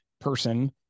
person